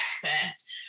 breakfast